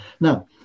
Now